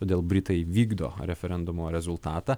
todėl britai vykdo referendumo rezultatą